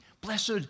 Blessed